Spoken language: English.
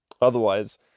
Otherwise